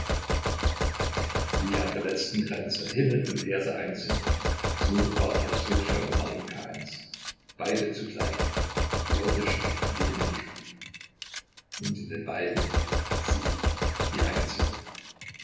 wie an der letzten grenze himmel und erde eins sind so waren auch ssofja und marinjka eins beide zugleich die irdische und die himmlische und in den beiden sie die einzige